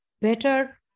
better